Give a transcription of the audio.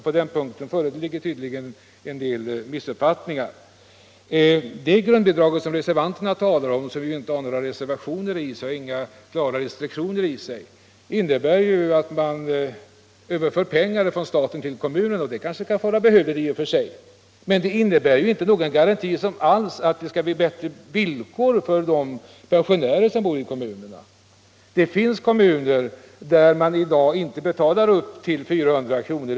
På den punkten föreligger det tydligen en del missuppfattningar. Det grundbidrag som reservanterna talar om, och som inte innehåller några klara restriktioner, innebär att man överför pengar från staten till kommunerna. Det kanske i och för sig är behövligt, men detta innebär inte någon som helst garanti för att det blir bättre villkor för pensionärerna i kommunerna. Det finns kommuner som i dag inte betalar upp till 400 kr.